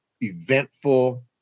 eventful